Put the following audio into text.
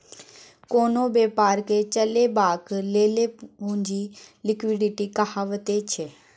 कोनो बेपारकेँ चलेबाक लेल पुंजी लिक्विडिटी कहाबैत छै